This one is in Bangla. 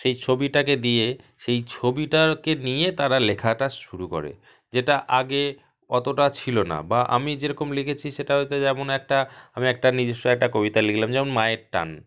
সেই ছবিটাকে দিয়ে সেই ছবিটাকে নিয়ে তারা লেখাটা শুরু করে যেটা আগে অতোটা ছিল না বা আমি যেরকম লিখেছি সেটা হয়তো যেমন একটা আমি একটা নিজস্ব একটা কবিতা লিখলাম যেমন মায়ের টান